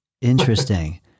interesting